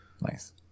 Nice